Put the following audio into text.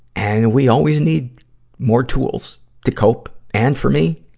and we always need more tools to cope and, for me,